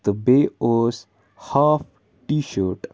تہٕ بیٚیہِ اوس ہاف ٹی شٲٹ